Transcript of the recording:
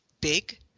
big